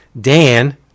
Dan